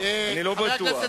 אני לא בטוח.